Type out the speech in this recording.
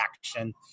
action